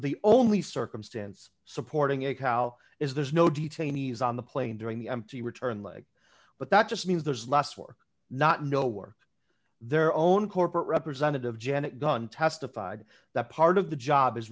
the only circumstance supporting a cow is there's no detainees on the plane during the empty return leg but that just means there's less work not know where their own corporate representative janet gunn testified that part of the job is